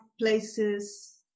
places